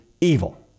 evil